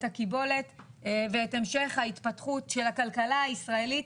את הקיבולת ואת המשך ההתפתחות של הכלכלה הישראלית,